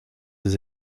des